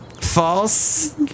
false